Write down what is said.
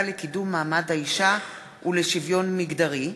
לקידום מעמד האישה ולשוויון מגדרי,